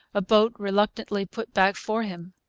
a boat reluctantly put back for him.